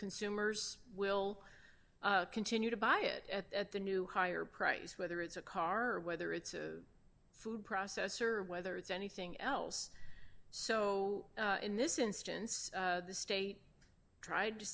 consumers will continue to buy it at the new higher price whether it's a car whether it's a food processor whether it's anything else so in this instance the state tried to